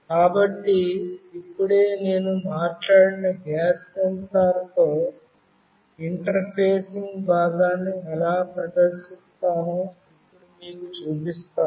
కాబట్టి ఇప్పుడే నేను మాట్లాడిన గ్యాస్ సెన్సార్తో ఇంటర్ఫేసింగ్ భాగాన్ని ఎలా ప్రదర్శిస్తానో ఇప్పుడు మీకు చూపిస్తాను